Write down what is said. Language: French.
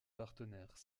partenaires